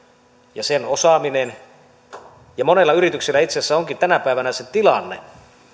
ja sen osaaminen monella yrityksellä itse asiassa onkin tänä päivänä se tilanne